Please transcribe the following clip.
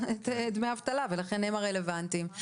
דמי האבטלה ולכן הם הרלוונטיים.